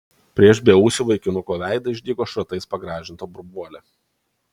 prieš beūsį vaikinuko veidą išdygo šratais pagrąžinta burbuolė